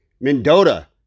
Mendota